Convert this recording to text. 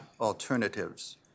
alternatives